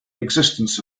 existence